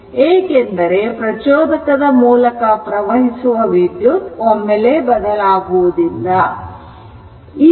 ಏಕೆಂದರೆ ಪ್ರಚೋದಕದ ಮೂಲಕ ಪ್ರವಹಿಸುವ ವಿದ್ಯುತ್ ಒಮ್ಮೆಲೆ ಬದಲಾಗುವುದಿಲ್ಲ ಈಗ ಸ್ವಿಚ್ ಕ್ಲೋಸ್ ಆಗಿದೆ